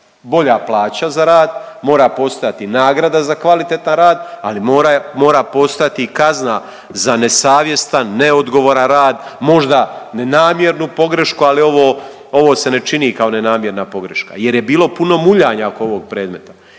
bolja plaća za rad, mora postojati nagrada za kvalitetan rad, ali mora postojati i kazna za nesavjestan, neodgovoran rad, možda nenamjernu pogrešku ali ovo se ne čini kao nenamjerna pogreška. Jer je bilo puno muljanja oko ovog predmeta